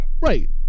right